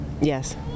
Yes